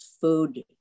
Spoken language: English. Food